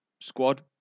squad